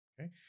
okay